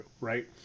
Right